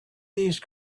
these